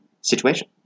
situation